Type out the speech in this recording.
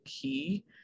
key